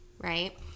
right